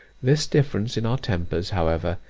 this difference in our tempers, however,